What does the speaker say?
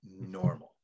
normal